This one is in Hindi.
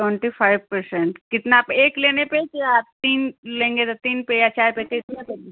ट्वेंटी फ़ाइव पर्सेंट कितना एक लेने पर या तीन लेंगे तो तीन पर या चार पर कैसे